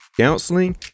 counseling